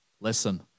listen